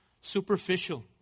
superficial